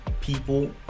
People